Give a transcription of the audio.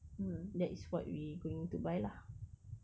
that is what we going to buy lah